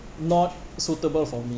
not suitable for me